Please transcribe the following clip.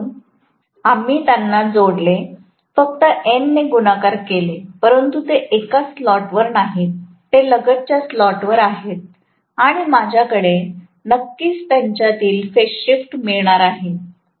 म्हणूनच आम्ही त्यांना जोडले फक्त N ने गुणाकार केले परंतु ते एकाच स्लॉटवर नाहीत ते लगतच्या स्लॉटवर आहेत आणि माझ्याकडे नक्कीच त्यांचातील फेज शिफ्ट मिळणार आहे